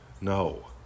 No